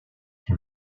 son